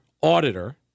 auditor